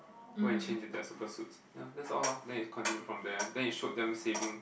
go and change to their super suits ya that's all lor then it continued from there one then it showed them saving